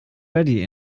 ready